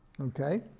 Okay